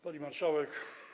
Pani Marszałek!